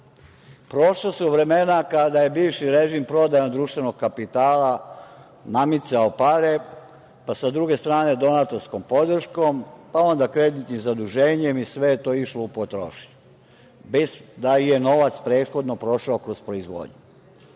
Prošla su vremena kada je bivši režim prodajom društvenog kapitala namicao pare, pa sa druge strane donatorskom podrškom, pa kreditnim zaduženjem i sve je to išlo u potrošnju, bez da je novac prethodno prošao kroz proizvodnju. Bez